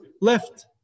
left